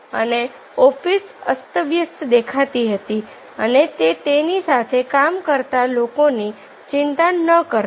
અને ઓફિસ અસ્તવ્યસ્ત દેખાતી હતી અને તે તેની સાથે કામ કરતા લોકોની ચિંતા ન કરતા